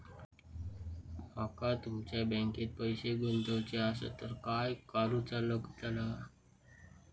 माका तुमच्या बँकेत पैसे गुंतवूचे आसत तर काय कारुचा लगतला?